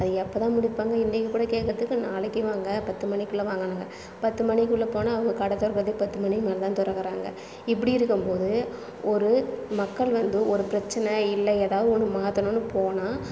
அது எப்போ தான் முடிப்பாங்க இன்றைக்கு கூட கேட்கறதுக்கு நாளைக்கு வாங்க பத்து மணிக்குள்ளே வாங்கனாங்க பத்து மணிக்குள்ளே போனால் அவங்க கடை திறக்குறதுக்கே பத்து மணிக்கு மேலே தான் திறக்குறாங்க இப்படி இருக்கும்போது ஒரு மக்கள் வந்து ஒரு பிரச்சனை இல்லை எதாவது ஒன்று மாற்றணுன்னு போனால்